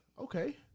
okay